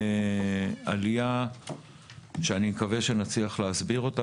בעלייה שאני מקווה שנצליח להסביר אותה